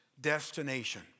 destination